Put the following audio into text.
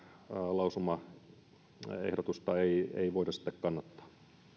lausumaehdotusta ei ei voida siten kannattaa